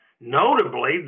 notably